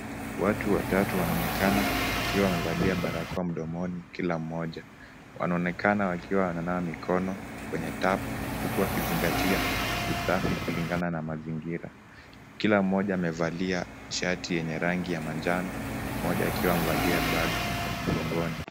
Watu watatu wanaonekana wakiwa wamevalia barakoa mdomoni kila mmoja. Wanaonekana wakiwa wananawa mikono kwenye tap , huku wakizingatia usafi kulingana na mazingira. Kila mmoja amevalia shati yenye rangi ya manjano, mmoja akiwa amevalia bag mgongoni.